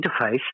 interface